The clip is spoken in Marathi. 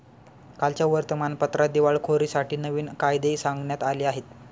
कालच्या वर्तमानपत्रात दिवाळखोरीसाठी नवीन कायदे सांगण्यात आले आहेत